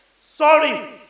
Sorry